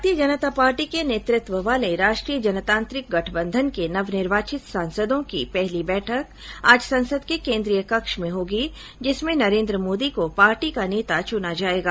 भारतीय जनता पार्टी के नेतृत्व वाले राष्ट्रीय जनतांत्रिक गठबंधन के नवनिर्वाचित सांसदों की पहली बैठक आज संसद के केन्द्रीय कक्ष में होगी जिसमें नरेन्द्र मोदी को पार्टी का नेता चुना जाएगा